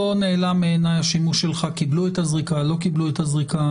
לא נעלם מעיני השימוש שלך במונח קיבלו את הזריקה או לא קיבלו את הזריקה.